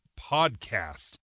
Podcast